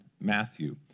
Matthew